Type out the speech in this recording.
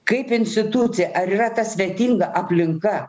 kaip institucija ar yra ta svetinga aplinka